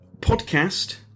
Podcast